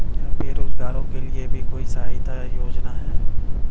क्या बेरोजगारों के लिए भी कोई सहायता योजना है?